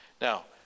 Now